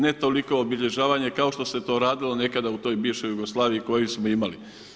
Ne toliko obilježavanje kao što se to radilo nekada u toj bivšoj Jugoslaviji koju smo imali.